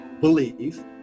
believe